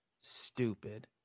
Stupid